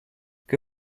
que